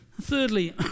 Thirdly